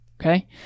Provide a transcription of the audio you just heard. Okay